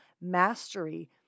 mastery